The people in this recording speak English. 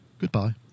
Goodbye